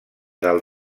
del